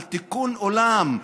על תיקון עולם.